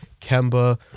Kemba